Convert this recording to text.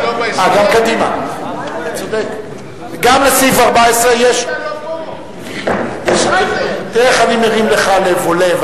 גם לסעיף 14 יש, מה זה שכולם לא פה?